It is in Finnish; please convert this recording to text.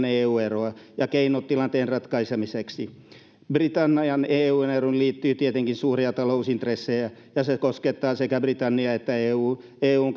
eu eroa ja keinoja tilanteen ratkaisemiseksi britannian eu eroon liittyy tietenkin suuria talousintressejä ja se koskettaa sekä britanniaa että eun